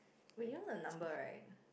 but you know the number right